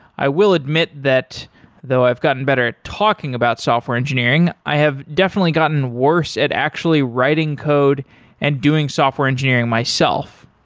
i will admit that though i've gotten better at talking about software engineering, i have definitely gotten worse at actually writing code and doing software engineering myself.